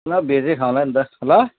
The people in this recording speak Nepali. ल भेजै खाउँला नि त ल